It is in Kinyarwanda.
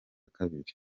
kabiri